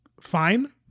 fine